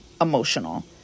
emotional